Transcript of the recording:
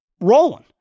rolling